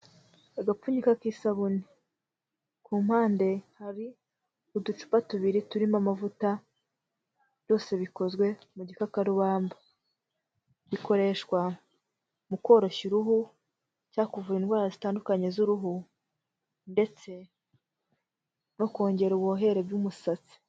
Agapfunyika k'isabune. Ku mpande hari uducupa tubiri turimo amavuta. Byose bikozwe mu gikarubamba. Bikoreshwa mu koroshya uruhu, cyangwa kuvura indwara zitandukanye z'uruhu, ndetse no kongera ubuhohere bw'umusatsi.